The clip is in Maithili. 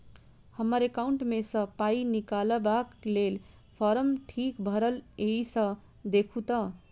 हम्मर एकाउंट मे सऽ पाई निकालबाक लेल फार्म ठीक भरल येई सँ देखू तऽ?